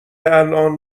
الان